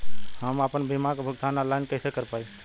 हम आपन बीमा क भुगतान ऑनलाइन कर पाईब?